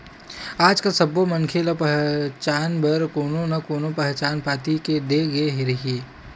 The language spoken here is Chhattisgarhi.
आजकाल सब्बो मनखे ल पहचान बर कोनो न कोनो पहचान पाती दे गे हे